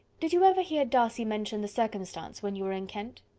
did you ever hear darcy mention the circumstance, when you were in kent?